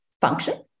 function